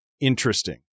interesting